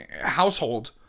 household